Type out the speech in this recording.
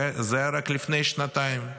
זה היה רק לפני שנתיים,